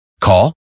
Call